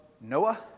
Noah